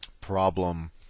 Problem